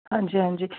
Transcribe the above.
ਹਾਂਜੀ ਹਾਂਜੀ